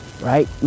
Right